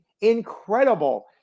incredible